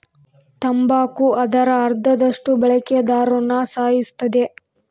ತಂಬಾಕು ಅದರ ಅರ್ಧದಷ್ಟು ಬಳಕೆದಾರ್ರುನ ಸಾಯಿಸುತ್ತದೆ